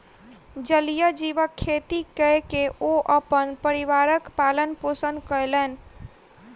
जलीय जीवक खेती कय के ओ अपन परिवारक पालन पोषण कयलैन